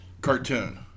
cartoon